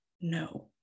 No